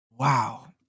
Wow